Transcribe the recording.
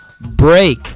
break